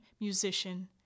musician